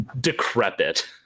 decrepit